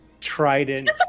Trident